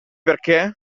perché